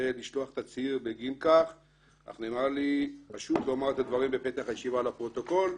לשלוח תצהיר בגין כך אך נאמר לי לומר את הדברים בפתח הישיבה לפרוטוקול.